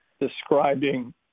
describing